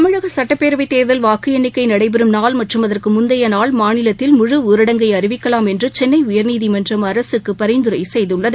தமிழகசட்டப்பேரவை தேர்தல் வாக்கு எண்ணிக்கை நடைபெறும் நாள் மற்றும் அதற்கு முந்தைய நாள் மாநிலத்தில் முழு ஊரடங்கை அறிவிக்கலாம் என்று சென்னை உயர்நீதிமன்றம் அரசுக்கு பரிந்துரை செய்துள்ளது